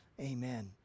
amen